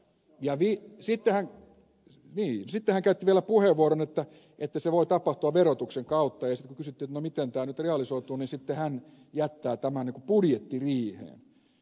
no sitten hän käytti vielä puheenvuoron että se voi tapahtua verotuksen kautta ja sitten kun kysyttiin miten tämä nyt realisoituu hän jättää tämän budjettiriiheen